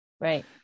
right